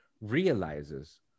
realizes